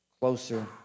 closer